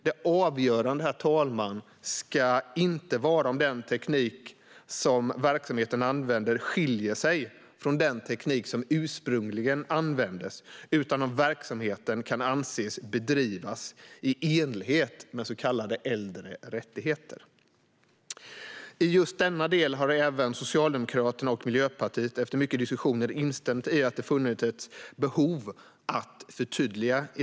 Det avgörande ska inte vara om den teknik som verksamheten använder skiljer sig från den teknik som ursprungligen användes utan om verksamheten kan anses bedrivas i enlighet med så kallade äldre rättigheter. När det gäller just denna del har även Socialdemokraterna och Miljöpartiet efter mycket diskussion instämt i att det har funnits ett behov av att förtydliga.